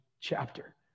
chapter